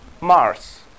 Mars